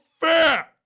fat